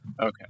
Okay